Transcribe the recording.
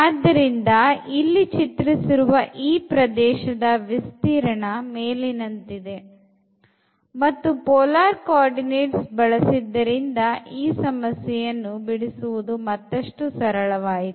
ಆದ್ದರಿಂದ ಇಲ್ಲಿ ಚಿತ್ರಿಸಿರುವ ಈ ಪ್ರದೇಶದ ವಿಸ್ತೀರ್ಣ ಮೇಲಿನಂತೆ ಇದೆ ಮತ್ತು polar coordiantes ಬಳಸಿದ್ದರಿಂದ ಈ ಸಮಸ್ಯೆಯನ್ನು ಬಿಡಿಸುವುದು ಮತ್ತಷ್ಟು ಸರಳ ವಾಯಿತು